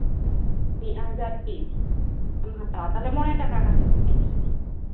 ᱢᱤᱫ ᱦᱟᱡᱟᱨ ᱯᱤᱥ ᱮᱢ ᱦᱟᱛᱟᱣᱟ ᱛᱟᱦᱞᱮ ᱢᱚᱬᱮ ᱴᱟᱠᱟ ᱠᱟᱛᱮᱜ ᱯᱤᱥ